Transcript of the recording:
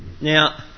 Now